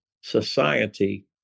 society